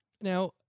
Now